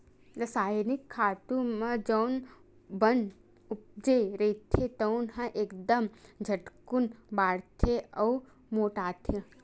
रसायनिक खातू म जउन बन उपजे रहिथे तउन ह एकदम झटकून बाड़थे अउ मोटाथे